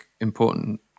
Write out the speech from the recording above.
important